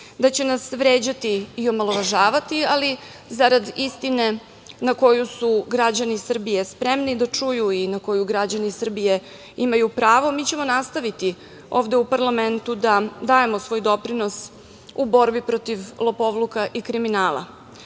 da će nas vređati i omalovažavati, ali zarad istine, koju su građani Srbije spremni da čuju i na koju građani Srbije imaju pravo, mi ćemo nastaviti ovde u parlamentu da dajemo svoj doprinos u borbi protiv lopovluka i kriminala. Naime,